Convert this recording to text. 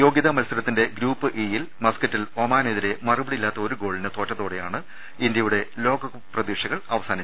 യോഗൃതാ മത്സരത്തിന്റെ group E യിൽ മസ്ക്കറ്റിൽ ഒമാനെതിരെ മറുപടിയില്ലാത്ത ഒരു ഗോളിന് തോറ്റതോടെയാണ് ഇന്ത്യ യുടെ ലോകകപ്പ് പ്രതീക്ഷകൾ അവസാനിച്ചത്